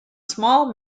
small